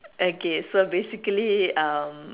okay so I basically um